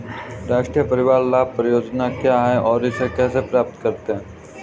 राष्ट्रीय परिवार लाभ परियोजना क्या है और इसे कैसे प्राप्त करते हैं?